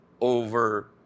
over